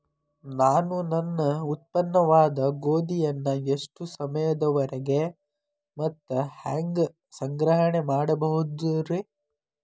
ನಾನು ನನ್ನ ಉತ್ಪನ್ನವಾದ ಗೋಧಿಯನ್ನ ಎಷ್ಟು ಸಮಯದವರೆಗೆ ಮತ್ತ ಹ್ಯಾಂಗ ಸಂಗ್ರಹಣೆ ಮಾಡಬಹುದುರೇ?